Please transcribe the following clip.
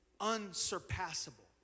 unsurpassable